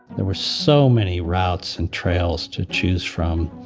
there were so many routes and trails to choose from.